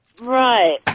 Right